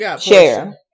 share